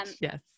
yes